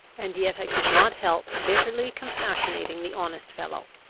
and yet i could not help bitterly compassionating the honest fellow,